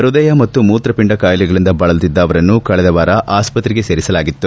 ಪೃದಯ ಮತ್ತು ಮೂತ್ರಪಿಂಡ ಕಾಯಿಲೆಗಳಿಂದ ಬಳಲುತ್ತಿದ್ದ ಅವರನ್ನು ಕಳೆದ ವಾರ ಆಸ್ಪತ್ರೆಗೆ ಸೇರಿಸಲಾಗಿತ್ತು